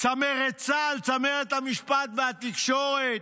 צמרת צה"ל, צמרת המשפט והתקשורת,